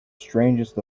strangest